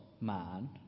man